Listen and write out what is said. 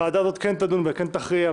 ונכון שהוועדה הזאת כן תדון וכן תכריע,